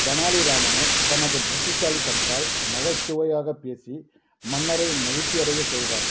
தெனாலிராமனோ தனது புத்திசாலித்தனத்தால் நகைச்சுவையாகப் பேசி மன்னரை மகிழ்ச்சி அடைய செய்வார்